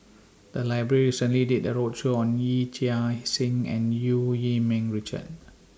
The Library recently did A roadshow on Yee Chia Hsing and EU Yee Ming Richard